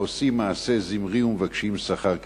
העושים מעשה זמרי ומבקשים שכר כפנחס".